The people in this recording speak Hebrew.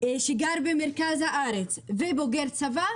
שגר במרכז הארץ ובוגר צבא,